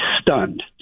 stunned